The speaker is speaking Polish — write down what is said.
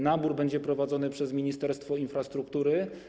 Nabór będzie prowadzony przez Ministerstwo Infrastruktury.